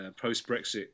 post-Brexit